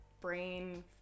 brain